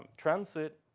transit,